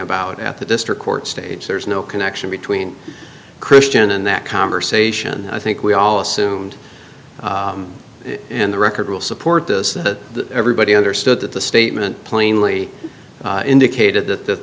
about at the district court stage there is no connection between christian and that conversation i think we all assumed in the record will support this that everybody understood that the statement plainly indicated that the